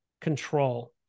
control